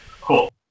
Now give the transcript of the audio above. Cool